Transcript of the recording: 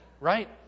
right